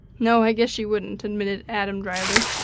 no, i guess she wouldn't, admitted adam, dryly.